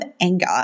anger